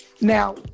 Now